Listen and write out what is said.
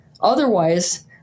Otherwise